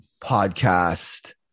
podcast